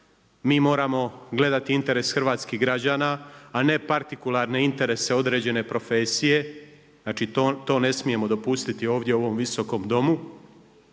Mi moramo gledati interes hrvatskih građana a ne partikularne interese određene profesije. Znači to ne smijemo dopustiti ovdje u ovom Visokom domu,